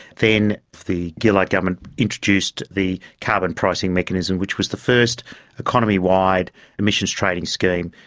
then the gillard government introduced the carbon pricing mechanism, which was the first economy-wide emissions trading scheme,